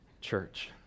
church